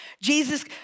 Jesus